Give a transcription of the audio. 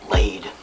Laid